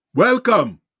Welcome